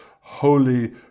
holy